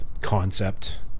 concept